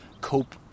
cope